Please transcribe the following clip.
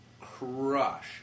crush